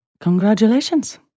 Congratulations